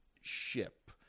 ship